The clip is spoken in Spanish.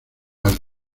alta